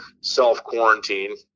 self-quarantine